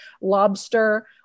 lobster